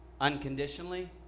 unconditionally